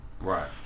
Right